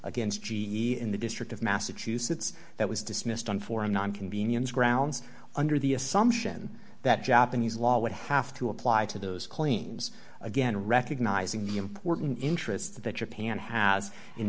against g e in the district of massachusetts that was dismissed on for a non convenience grounds under the assumption that japanese law would have to apply to those claims again recognizing the important interest that your pan has in